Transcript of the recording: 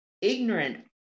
ignorant